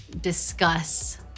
discuss